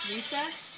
Recess